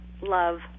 love